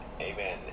Amen